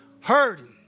Hurting